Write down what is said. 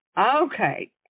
Okay